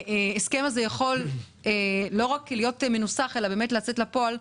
ההסכם הזה יכול לא רק להיות מנוסח אלא באמת לצאת אל הפועל.